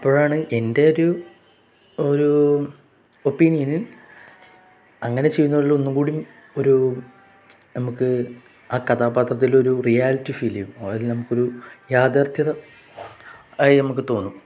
അപ്പോഴാണ് എൻ്റെ ഒരു ഒരു ഒപ്പീനിയനിൽ അങ്ങനെ ചെയ്യുന്നുള്ളത് ഒന്നും കൂടി ഒരു നമുക്ക് ആ കഥാപാത്രത്തിൽ ഒരു റിയാലിറ്റി ഫീൽ ചെയ്യും അതിൽ നമുക്കൊരു യാഥാർത്ഥ്യത ആയി നമുക്ക് തോന്നും